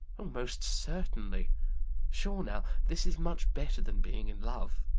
o, most certainly sure, now, this is much better than being in love